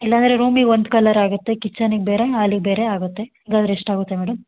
ಇಲ್ಲ ಅಂದರೆ ರೂಮಿಗೆ ಒಂದು ಕಲರ್ ಆಗುತ್ತೆ ಕಿಚನಿಗೆ ಬೇರೆ ಆಲಿಗೆ ಬೇರೆ ಆಗುತ್ತೆ ಹಂಗಾದ್ರ್ ಎಷ್ಟು ಆಗುತ್ತೆ ಮೇಡಮ್